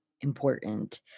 important